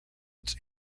its